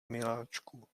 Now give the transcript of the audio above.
miláčku